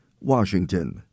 Washington